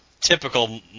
typical